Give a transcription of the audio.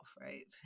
right